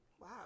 Wow